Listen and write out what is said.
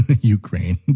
Ukraine